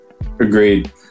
Agreed